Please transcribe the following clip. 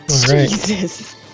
Jesus